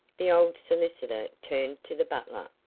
the old solicitor turned to the butler.